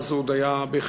אז הוא עוד היה בחיתוליו.